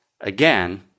again—